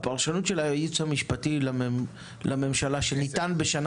הפרשנות של הייעוץ המשפטי לממשלה היא שבשנה